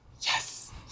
Yes